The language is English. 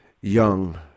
young